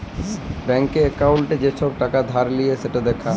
ব্যাংকে একাউল্টে যে ছব টাকা ধার লিঁয়েছে সেট দ্যাখা